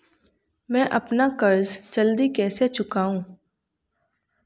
मैं अपना कर्ज जल्दी कैसे चुकाऊं?